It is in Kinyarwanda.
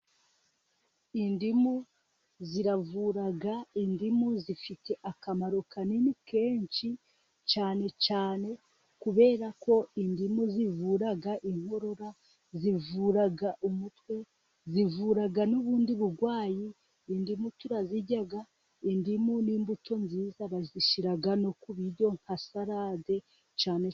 Indimu ziravura, indimu zifite akamaro kanini kenshi cyane cyane, kubera ko indimu zivura inkorora, zivura umutwe, zivura n'ubundi burwayi. Indimu turazirya, indimu n'imbuto nziza bazishira no ku biryo nka salade cyane.